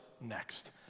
next